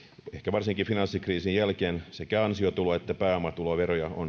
varsinkin finanssikriisin jälkeen sekä ansiotulo että pääomatuloveroja on